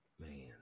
Man